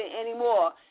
anymore